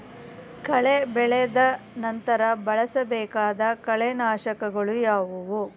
ಕಳೆ ಬೆಳೆದ ನಂತರ ಬಳಸಬೇಕಾದ ಕಳೆನಾಶಕಗಳು ಯಾವುವು?